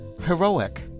heroic